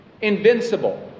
invincible